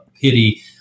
pity